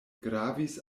gravis